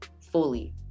fully